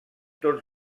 tots